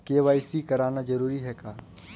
KYC कराना जरूरी है का?